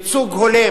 ייצוג הולם